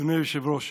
אדוני היושב-ראש,